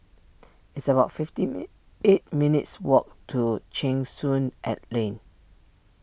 it's about fifty eight minutes' walk to Cheng Soon at Lane